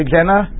Jenna